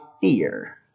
fear